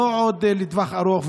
לא עוד לטווח ארוך,